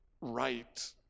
right